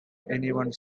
anyone